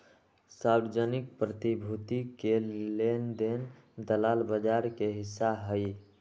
सार्वजनिक प्रतिभूति के लेन देन दलाल बजार के हिस्सा हई